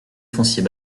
foncier